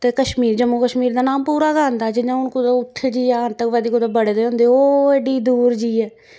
ते कश्मीर जम्मू कश्मीर दा नांऽ पूरा गै आंदा जि'यां हून कुदै उत्थें जाइयै आंतकवादी कुदै बड़े दे होंदे ओह् एड्डी दूर जइयै